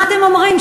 מה אתם אומרים,